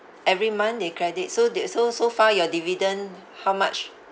every month they credit so they so so far your dividend how much